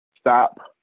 Stop